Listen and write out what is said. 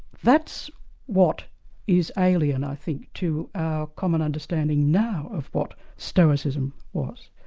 that's what is alien i think to our common understanding now, of what stoicism was.